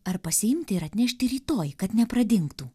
ar pasiimti ir atnešti rytoj kad nepradingtų